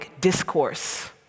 discourse